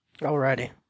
Alrighty